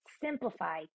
simplify